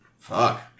Fuck